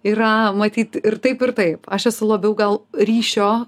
yra matyt ir taip ir taip aš esu labiau gal ryšio